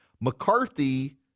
McCarthy